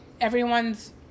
everyone's